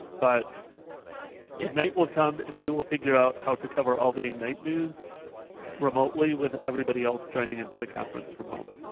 but yeah ignite will come and we will figure out how to cover all ignite news remotely with everybody else joining into the conference from home.